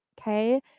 okay